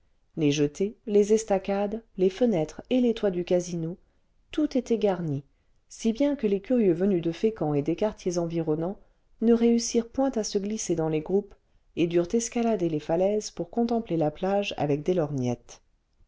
les jetées les estacades les fenêtres et les toits du casino tout était garni si bien que les curieux venus de fécamp et des quartiers environnants ne réussirent point à se glisser dans les groupes et durent escalader les falaises pour contempler la plage avec des lorgnettes